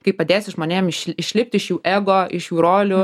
kaip padėsi žmonėm iš išlipt iš jų ego iš jų rolių